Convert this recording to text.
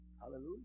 Hallelujah